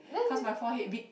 cause my forehead big